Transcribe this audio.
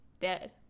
dead